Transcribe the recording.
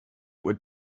would